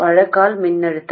வழங்கல் மின்னழுத்தம்